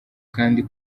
kandi